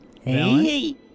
Hey